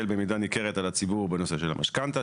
במידה ניכרת על הציבור בנושא של המשכנתה,